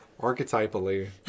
Archetypally